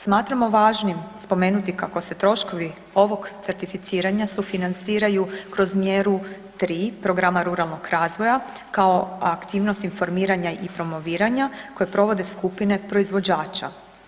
Smatramo važnim spomenuti kako se troškovi ovog certificiranja sufinanciraju kroz mjeru 3. Programa ruralnog razvoja kao aktivnost informiranja i promoviranja koju provode skupine proizvođača.